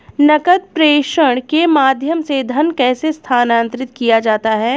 नकद प्रेषण के माध्यम से धन कैसे स्थानांतरित किया जाता है?